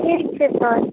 ठीक छै सर